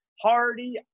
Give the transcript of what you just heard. Hardy